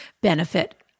benefit